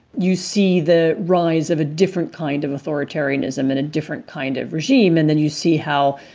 you see the rise of a different kind of authoritarianism and a different kind of regime. and then you see how,